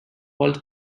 called